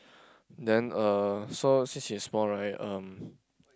then uh so since it's small right um